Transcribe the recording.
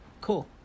cool